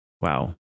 wow